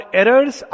errors